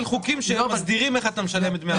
חוקים שמסדירים איך אתה משלם את דמי האבטלה.